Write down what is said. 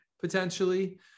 potentially